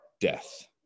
death